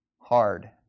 hard